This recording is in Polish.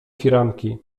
firanki